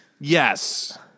Yes